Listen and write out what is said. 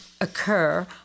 occur